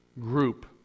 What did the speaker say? group